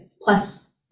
plus